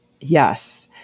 yes